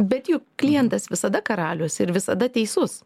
bet juk klientas visada karalius ir visada teisus